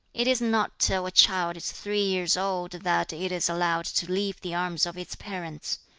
it is not till a child is three years old that it is allowed to leave the arms of its parents.